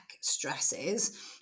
stresses